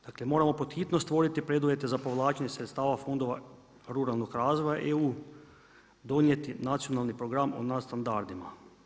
Dakle, moramo pod hitno stvoriti preduvjete za povlačenje sredstava fondova ruralnog razvoja EU-a, donijeti nacionalni program o nadstandardima.